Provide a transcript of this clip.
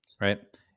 right